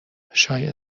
شاید